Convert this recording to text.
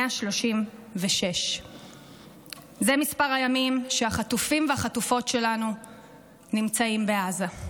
136. זה מספר הימים שהחטופים והחטופות שלנו נמצאים בעזה.